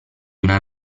una